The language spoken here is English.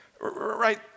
Right